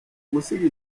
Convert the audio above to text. gusiga